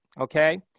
okay